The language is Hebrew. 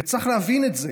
וצריך להבין את זה.